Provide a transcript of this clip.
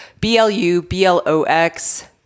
B-L-U-B-L-O-X